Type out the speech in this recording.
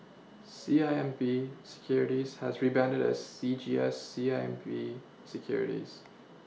C I M B Securities has rebranded as C G S C I M B Securities